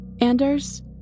Anders